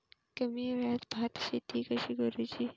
कमी वेळात भात शेती कशी करुची?